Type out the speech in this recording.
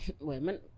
women